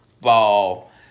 ball